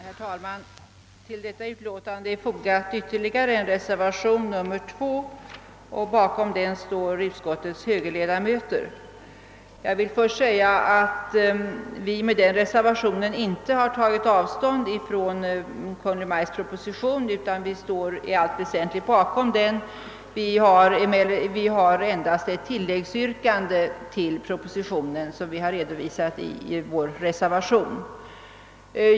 Herr talman! Till förevarande utlåtande är fogad ytterligare en reservation, nr 2. Bakom den står utskottets högerledamöter. Jag vill först säga att vi med denna reservation inte tagit avstånd från Kungl. Maj:ts proposition utan vi ansluter oss i allt väsentligt till denna. Vi har endast ett tilläggsyrkande till propositionen, vilket vi har redovisat i vår reservation.